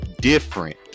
different